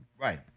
right